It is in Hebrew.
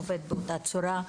עובד באותה צורה,